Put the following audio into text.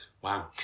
Wow